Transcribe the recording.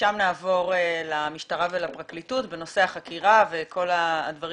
משם נעבור למשטרה ולפרקליטות בנושא החקירה וכל הדברים